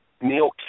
Neil